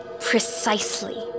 Precisely